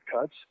cuts